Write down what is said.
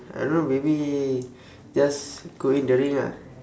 I don't know maybe just go in the ring ah